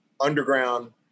underground